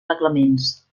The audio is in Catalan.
reglaments